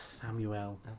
Samuel